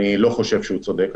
אני לא חושב שהוא צודק.